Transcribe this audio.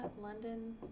London